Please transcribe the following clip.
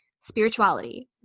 Spirituality